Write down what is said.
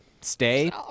stay